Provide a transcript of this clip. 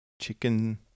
Chicken